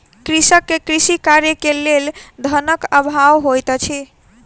कृषक के कृषि कार्य के लेल धनक अभाव होइत अछि